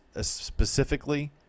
Specifically